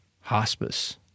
hospice